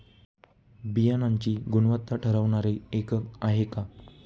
बियाणांची गुणवत्ता ठरवणारे एकक आहे का?